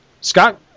Scott